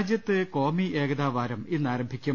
രാജ്യത്ത് ക്വാമി ഏകതാവാരം ഇന്നാരംഭിക്കും